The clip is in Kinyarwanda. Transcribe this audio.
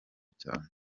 cyane